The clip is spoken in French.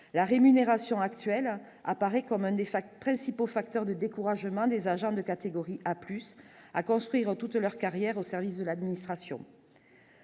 la rémunération actuelle apparaît comme un des facteurs principaux facteurs de découragement des agents de catégorie A Plus à construire toute leur carrière au service de l'administration,